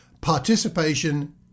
participation